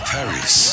Paris